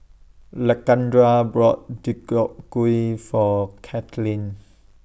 Lakendra bought Deodeok Gui For Cailyn